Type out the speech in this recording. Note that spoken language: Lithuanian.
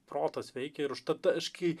protas veikia ir užtat aiškiai